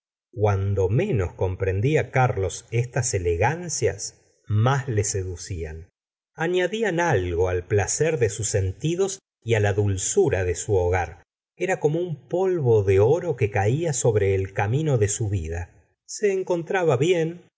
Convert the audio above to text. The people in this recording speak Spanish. cuando menos comprendía carlos estas elegancias más le seducían añadían algo al placer de sus sentidos y la dulzura de su hogar era como un polvo de oro que caía sobre el camino de su vida se encontraba bien